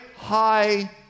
high